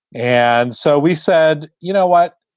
and so we said, you know what?